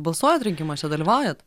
balsuojat rinkimuose dalyvaujat